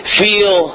feel